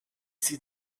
sie